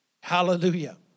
Hallelujah